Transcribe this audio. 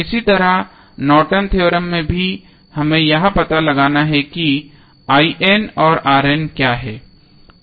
इसी तरह Norton theorem Nortons Theorem में भी हमें यह पता लगाना है कि और क्या है